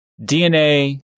DNA